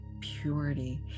purity